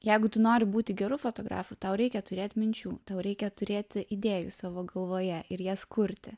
jeigu tu nori būti geru fotografu tau reikia turėt minčių tau reikia turėti idėjų savo galvoje ir jas kurti